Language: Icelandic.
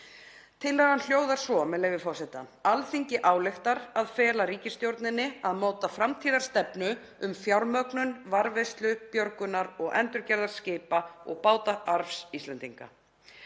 Tillagan hljóðar svo, með leyfi forseta: „Alþingi ályktar að fela ríkisstjórninni að móta framtíðarstefnu um fjármögnun varðveislu, björgunar og endurgerðar skipa- og bátaarfs Íslendinga.“